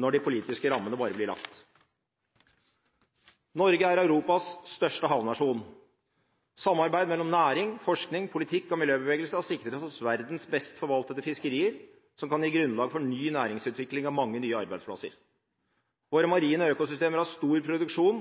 når de politiske rammene bare blir lagt. Norge er Europas største havnasjon. Samarbeid mellom næring, forskning, politikk og miljøbevegelse har sikret oss verdens best forvaltede fiskerier, som kan gi grunnlag for ny næringsutvikling og mange nye arbeidsplasser. Våre marine økosystemer har stor produksjon